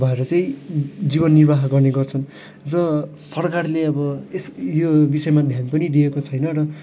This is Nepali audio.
भएर चाहिँ जीवन निर्वाह गर्ने गर्छन् र सरकारले अब यस यो विषयमा ध्यान पनि दिएको छैन र